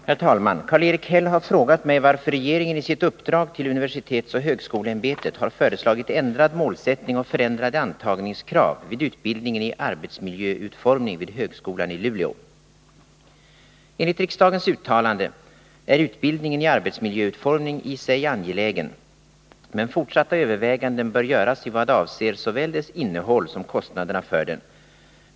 Herr talman! Karl-Erik Häll har frågat mig varför regeringen i sitt uppdrag till universitetsoch högskoleämbetet har föreslagit ändrad målsättning och förändrade antagningskrav vid utbildningen i arbetsmiljöutformning vid högskolan i Luleå. Enligt riksdagens uttalande är utbildningen i arbetsmiljöutformning i sig angelägen, men fortsatta övervä äl dess innehåll som kostnaderna för den.